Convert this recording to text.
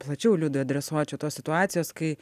plačiau liudui adresuočiau tas situacijas kai